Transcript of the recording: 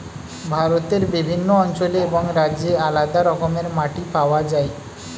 ভারতের বিভিন্ন অঞ্চলে এবং রাজ্যে আলাদা রকমের মাটি পাওয়া যায়